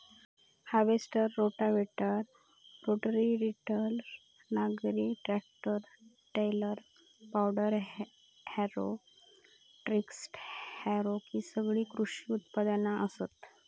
harvester, rotavator, rotary tiller, नांगर, tractor trailer, power harrow, disc harrow हि सगळी कृषी उपकरणा असत